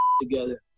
together